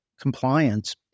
compliance